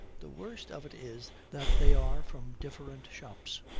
the worst of it is that they are from different shops,